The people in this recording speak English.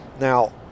Now